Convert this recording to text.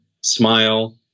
smile